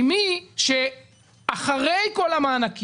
הבעיה היא עם מי שאחרי כל המענקים,